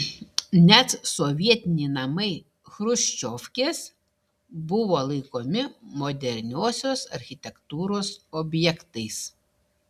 net sovietiniai namai chruščiovkės buvo laikomi moderniosios architektūros objektais